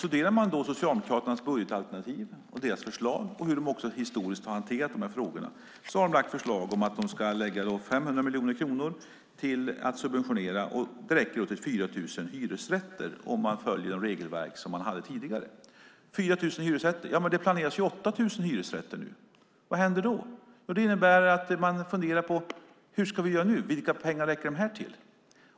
Studerar man Socialdemokraternas budgetalternativ, deras förslag och hur de historiskt har hanterat de här frågorna kan man se att de har lagt fram förslag om att lägga 500 miljoner för att subventionera. Det räcker till 4 000 hyresrätter om man följer de regelverk som man hade tidigare. Nu planeras det ju 8 000 hyresrätter. Vad händer då? Man funderar då: Hur ska vi göra nu? Vilka pengar räcker detta till?